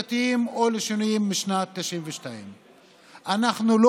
דתיים או לשוניים משנת 1992. אנחנו לא